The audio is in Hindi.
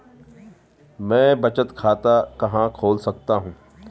मैं बचत खाता कहां खोल सकता हूँ?